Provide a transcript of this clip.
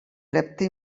repte